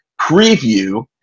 preview